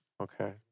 Okay